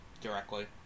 directly